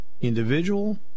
individual